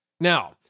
Now